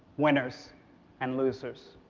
winners and losers.